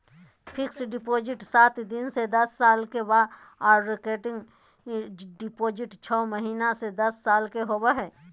fixed deposit सात दिन से दस साल के आर रेकरिंग डिपॉजिट छौ महीना से दस साल के होबय हय